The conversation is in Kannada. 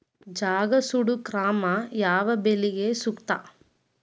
ಜಗಾ ಸುಡು ಕ್ರಮ ಯಾವ ಬೆಳಿಗೆ ಸೂಕ್ತ?